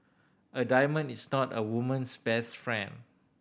a diamond is not a woman's best friend